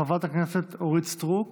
חברת הכנסת אורית סטרוק.